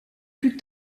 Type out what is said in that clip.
plus